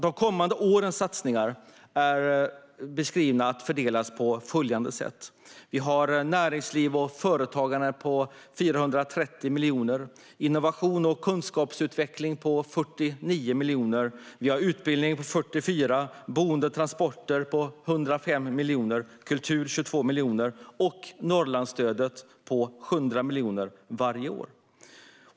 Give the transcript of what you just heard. De kommande årens satsningar fördelar sig på följande sätt, enligt vad som beskrivs: Näringsliv och företagande får 430 miljoner. Innovation och kunskapsutveckling får 49 miljoner. Utbildning får 44 miljoner. Boende och transporter får 105 miljoner. Kultur får 22 miljoner. Norrlandsstödet kommer att utgöra 100 miljoner varje år.